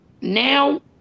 now